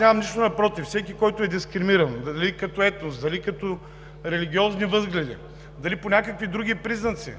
Нямам нищо против всеки, който е дискриминиран – дали като етнос, дали като религиозни възгледи, дали по някакви други признаци,